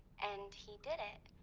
and he did it,